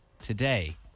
Today